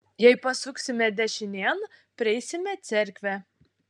jei pasuksime dešinėn prieisime cerkvę